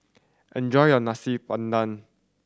enjoy your Nasi Padang